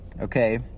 okay